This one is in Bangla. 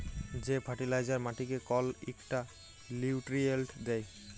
যে ফার্টিলাইজার মাটিকে কল ইকটা লিউট্রিয়েল্ট দ্যায়